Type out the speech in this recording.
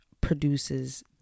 produces